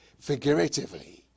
figuratively